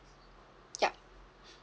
yup